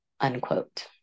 unquote